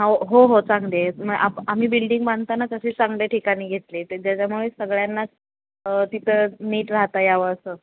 हो हो हो चांगली आहे म आम्ही बिल्डिंग बांधतानाच अशी चांगल्या ठिकाणी घेतली आहे ते ज्याच्यामुळे सगळ्यांना तिथं नीट राहता यावं असं